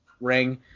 ring